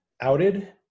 outed